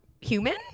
human